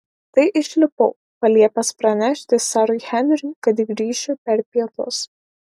tai išlipau paliepęs pranešti serui henriui kad grįšiu per pietus